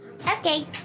Okay